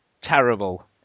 terrible